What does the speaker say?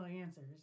answers